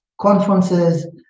conferences